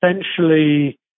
essentially